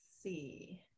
see